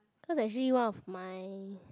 cause actually one of my